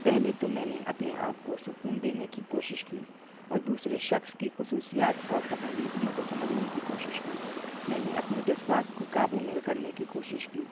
پہلے تو میں نے اپنے آپ کو سکون دینے کی کوشش کی اور دوسرے شخص کی خصوصیات اور پسندیدگیوں کو سمجھنے کی کوشش کی میں نے اپنے جذبات کو کابو میں رکرنے کی کوشش کی